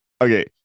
Okay